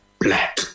black